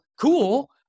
cool